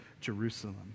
Jerusalem